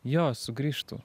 jo sugrįžtu